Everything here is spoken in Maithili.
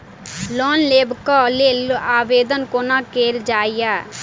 लोन लेबऽ कऽ लेल आवेदन कोना कैल जाइया?